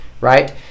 right